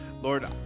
Lord